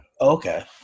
Okay